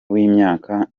w’imyaka